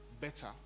better